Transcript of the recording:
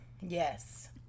yes